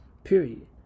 Period